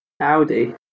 audi